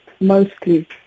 mostly